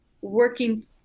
working